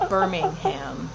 Birmingham